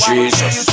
Jesus